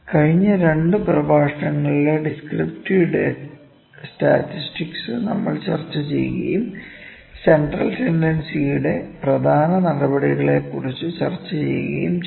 കഴിഞ്ഞ 2 പ്രഭാഷണങ്ങളിലെ descriptive statistics നമ്മൾ ചർച്ച ചെയ്യുകയും സെൻട്രൽ ടെൻഡൻസിയുടെ പ്രധാന നടപടികളെക്കുറിച്ച് ചർച്ച ചെയ്യുകയും ചെയ്തു